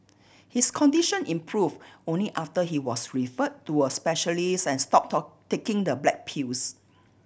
his condition improve only after he was refer to a specialist and stop taking the black pills